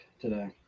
today